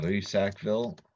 Sackville